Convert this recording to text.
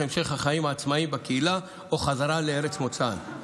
המשך חיים עצמאיים בקהילה או חזרה לארץ מוצאם.